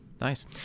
Nice